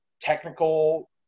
technical